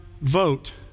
vote